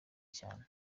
cyane